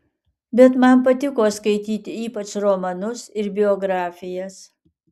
bet man patiko skaityti ypač romanus ir biografijas